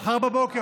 מחר בבוקר.